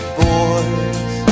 boys